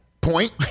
point